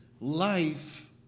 Life